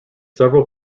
several